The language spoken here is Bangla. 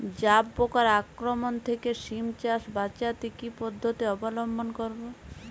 জাব পোকার আক্রমণ থেকে সিম চাষ বাচাতে কি পদ্ধতি অবলম্বন করব?